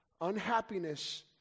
unhappiness